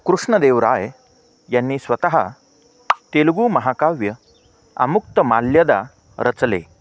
कृष्णदेवराय यांनी स्वतः तेलगू महाकाव्य आमुक्तमाल्यदा रचले